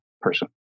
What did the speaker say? person